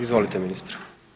Izvolite ministre.